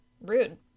Rude